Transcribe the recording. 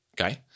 okay